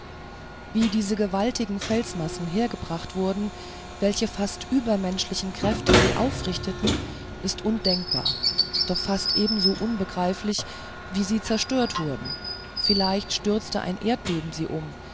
wie diese gewaltigen felsenmassen hergebracht wurden welche fast übermenschlichen kräfte sie aufrichteten ist undenkbar doch fast ebenso unbegreiflich wie sie zerstört wurden vielleicht stürzte ein erdbeben sie um